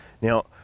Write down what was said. Now